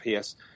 ps